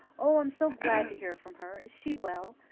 oh, i am so glad to hear from her. is she well?